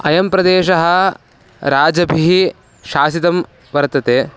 अयं प्रदेशः राजभिः शासितं वर्तते